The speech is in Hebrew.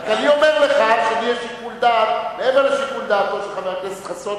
אני אומר לך שלי יש שיקול דעת מעבר לשיקול דעתו של חבר הכנסת חסון,